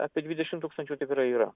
apie dvidešim tūkstančių tikrai yra